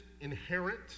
inherent